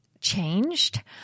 changed